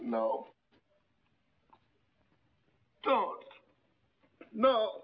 no oh no